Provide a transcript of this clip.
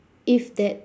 if that